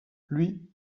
lui